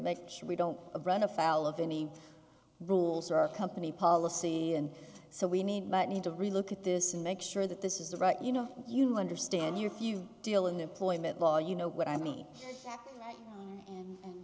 sure we don't run afoul of any rules our company policy and so we need but need to relook at this and make sure that this is the right you know you understand your few deal in the employment law you know what i mean and